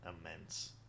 immense